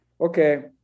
okay